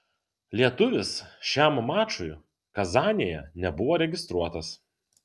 lietuvis šiam mačui kazanėje nebuvo registruotas